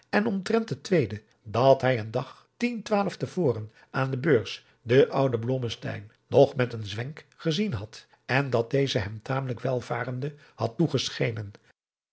en omtrent het tweede dat hij een dag tien twaalf te voren aan de beurs den ouden adriaan loosjes pzn het leven van johannes wouter blommesteyn blommesteyn nog met een zwenk gezien had en dat deze hem tamelijk welvarende had toegeschenen